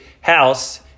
house